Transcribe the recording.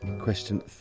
Question